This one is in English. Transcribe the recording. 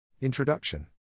Introduction